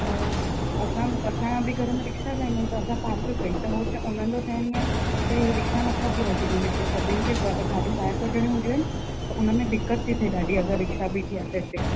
त असां असांजा बि घर में रिक्शा हलाईंदा आहिनि त असां पार्क कई त उहे च उन्हनि जो चइण इअं आहे की रिक्शा न था बीहारे सघो हिते सभिनि खे ग गाॾियूं बाहिरि कढणियूं हूंदियूं आहिनि त हुन में दिक़त थी थिए ॾाढी अगरि रिक्शा बीठी आहे त हिते